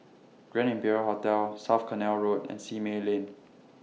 Grand Imperial Hotel South Canal Road and Simei Lane